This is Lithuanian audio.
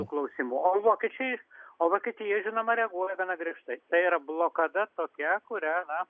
tų klausimų o vokiečiai o vokietija žinoma reaguoja gana griežtai tai yra blokada tokia kurią na